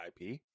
IP